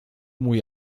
mój